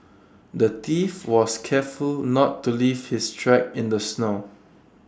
the thief was careful not to leave his tracks in the snow